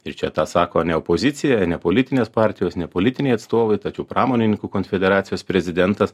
ir čia tą sako ne opozicija ne politinės partijos ne politiniai atstovai tačiau pramonininkų konfederacijos prezidentas